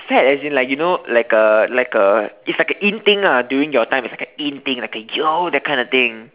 fad as in like you know like a like a it's like a in thing during your time it's like a in thing like a yo that kind of thing